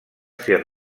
ser